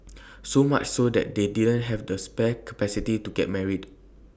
so much so that they didn't have the spare capacity to get married